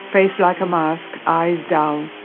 face like a mask, eyes dull,